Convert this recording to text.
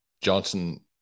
johnson